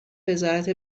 وزارت